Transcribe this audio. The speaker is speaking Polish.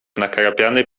nakrapiany